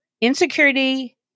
insecurity